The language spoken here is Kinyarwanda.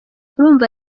urumva